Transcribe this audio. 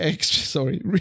sorry